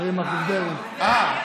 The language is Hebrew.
אריה מכלוף דרעי.